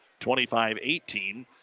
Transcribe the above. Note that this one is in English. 25-18